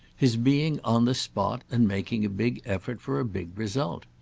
his being on the spot and making a big effort for a big result.